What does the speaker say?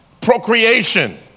procreation